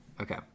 okay